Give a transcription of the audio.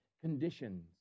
conditions